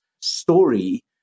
story